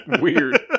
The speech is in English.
Weird